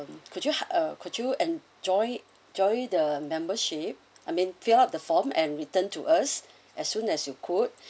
um could you could you enjoy join the membership I mean fill up the form and return to us as soon as you could